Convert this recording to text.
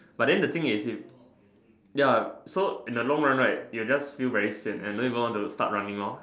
but then the thing is ya so in the long run right you will just feel very sian and don't even want to start running lor